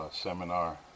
seminar